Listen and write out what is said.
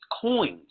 coins